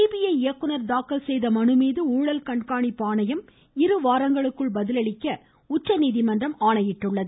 CBI இயக்குனர் தாக்கல் செய்துள்ள மனு மீது ஊழல் கண்காணிப்பு ஆணையம் இரு வாரங்களுக்குள் பதிலளிக்க உச்சநீதிமன்றம் ஆணையிட்டுள்ளது